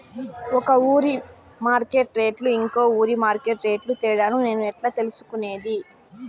ఒక ఊరి market rates ఇంకో ఊరి మార్కెట్ రేట్లు తేడాను నేను ఎట్లా తెలుసుకునేది?